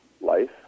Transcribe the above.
life